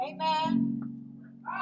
Amen